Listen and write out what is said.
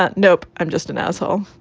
ah nope, i'm just an asshole.